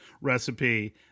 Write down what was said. recipe